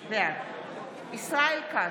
בעד ישראל כץ,